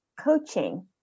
coaching